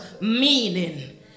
meaning